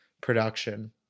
production